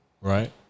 right